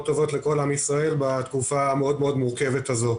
טובות לכל עם ישראל בתקופה המורכבת הזאת.